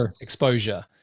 exposure